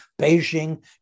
Beijing